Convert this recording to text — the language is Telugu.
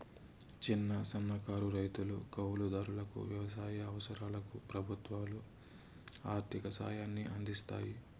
చిన్న, సన్నకారు రైతులు, కౌలు దారులకు వ్యవసాయ అవసరాలకు ప్రభుత్వాలు ఆర్ధిక సాయాన్ని అందిస్తాయి